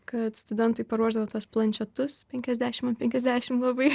kad studentai paruošdavo tuos planšetus penkiasdešimt ant penkiasdešimt labai